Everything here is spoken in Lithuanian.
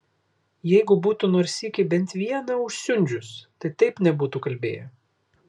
jeigu būtų nors sykį bent vieną užsiundžius tai taip nebūtų kalbėję